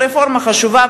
והרפורמה חשובה,